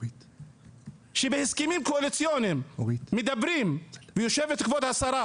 כשבהסכמים קואליציוניים מדברים ויושבת כבוד השרה